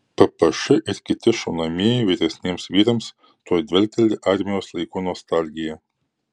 ppš ir kiti šaunamieji vyresniems vyrams tuoj dvelkteli armijos laikų nostalgija